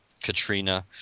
katrina